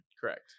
Correct